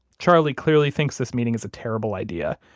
charlie clearly thinks this meeting is a terrible idea.